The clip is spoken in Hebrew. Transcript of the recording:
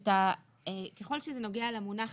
ככל שזה נוגע למונח